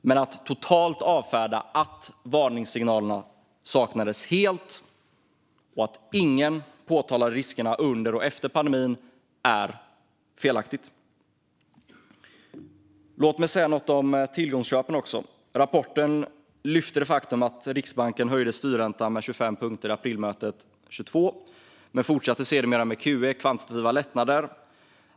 Men att totalt avfärda att varningssignalerna saknades helt och att ingen påtalade riskerna under och efter pandemin är felaktigt. Låt mig även säga något om tillgångsköpen. Rapporten lyfter det faktum att Riksbanken höjde styrräntan med 25 punkter vid aprilmötet 2022 men sedermera fortsatte med QE, kvantitativa lättnader.